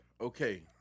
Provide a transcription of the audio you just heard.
Okay